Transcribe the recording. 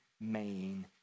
main